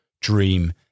dream